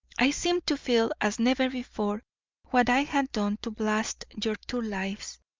i seemed to feel as never before what i had done to blast your two lives.